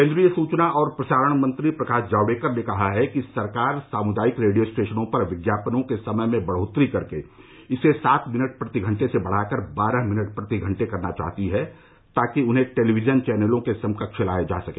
केन्द्रीय सूचना और प्रसारण मंत्री प्रकाश जावड़ेकर ने कहा है कि सरकार सामृदायिक रेडियो स्टेशनों पर विज्ञापनों के समय में बढ़ोतरी करके इसे सात मिनट प्रति घंटे से बढ़ाकर बारह मिनट प्रति घंटे करना चाहती है ताकि उन्हें टेलीविजन चैनलों के समकक्ष लाया जा सके